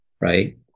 right